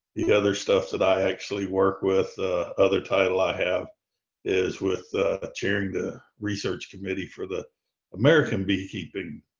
the other stuff that i actually work with, ah other title i have is with chairing the research committee for the american beekeeping.